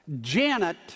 Janet